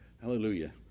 hallelujah